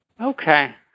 Okay